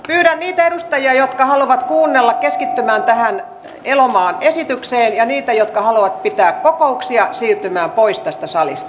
pyydän niitä edustajia jotka haluavat kuunnella keskittymään tähän elomaan esitykseen ja niitä jotka haluavat pitää kokouksia siirtymään pois tästä salista